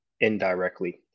indirectly